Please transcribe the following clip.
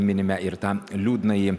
minime ir tą liūdnąjį